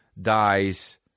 dies